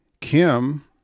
Kim